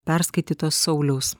perskaitytos sauliaus